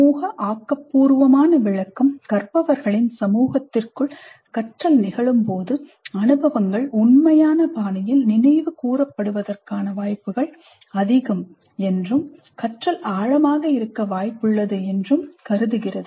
சமூக ஆக்கபூர்வமான விளக்கம் கற்பவர்களின் சமூகத்திற்குள் கற்றல் நிகழும்போது அனுபவங்கள் உண்மையான பாணியில் நினைவுகூரப்படுவதற்கான வாய்ப்புகள் அதிகம் என்றும் கற்றல் ஆழமாக இருக்க வாய்ப்புள்ளது என்றும் கருதுகிறது